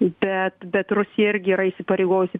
bet bet rusija irgi yra įsipareigojusi